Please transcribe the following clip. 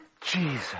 Jesus